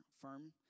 Firm